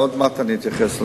עוד מעט אני אתייחס אליך.